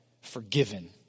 forgiven